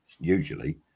usually